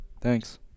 Thanks